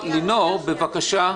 לינור, בבקשה.